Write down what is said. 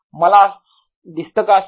मला दिसतं का असे